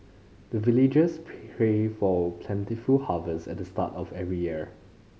the villagers pray for plentiful harvest at the start of every year